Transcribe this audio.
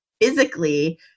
physically